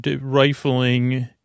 rifling